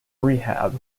rehab